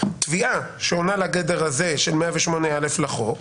אלא תביעה שעונה לגדר הזה של 108א לחוק